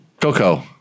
Coco